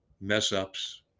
mess-ups